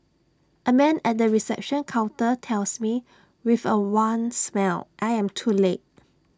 A man at the reception counter tells me with A wan smile I am too late